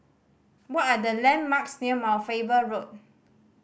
what are the landmarks near Mount Faber Road